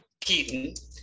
Keaton